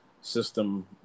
system